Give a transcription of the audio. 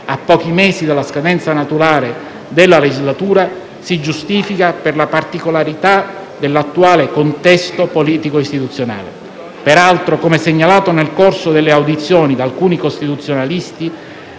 a pochi mesi dalla scadenza naturale della legislatura si giustifica per la particolarità dell'attuale contesto politico istituzionale. Peraltro, come segnalato nel corso delle audizioni da alcuni costituzionalisti,